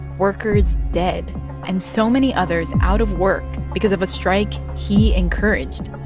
workers dead and so many others out of work because of a strike he encouraged?